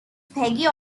peggy